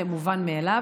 זה מובן מאליו.